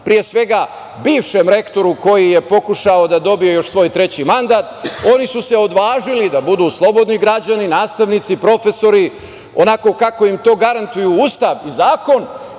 pre svega bivšem rektoru koji je pokušao da dobije još svoj treći mandat. Oni su se odvažili da budu slobodni građani, nastavnici, profesori, onako kako im to garantuju Ustav i zakon